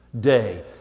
day